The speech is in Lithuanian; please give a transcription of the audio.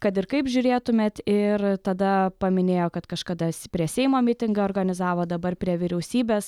kad ir kaip žiūrėtumėt ir tada paminėjo kad kažkada prie seimo mitingą organizavo dabar prie vyriausybės